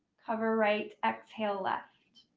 cover right, exhale left.